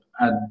add